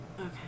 okay